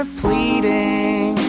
pleading